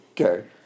Okay